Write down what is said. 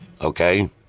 okay